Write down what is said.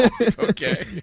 Okay